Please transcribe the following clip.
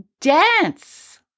Dance